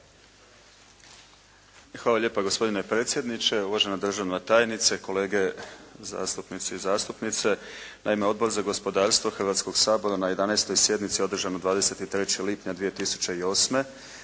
Hvala lijepa gospodine predsjedniče. Uvažena državna tajnice, kolege zastupnici i zastupnice. Naime Odbor za gospodarstvo Hrvatskog sabora na 11. sjednici održanoj 23. lipnja 2008.